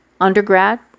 undergrad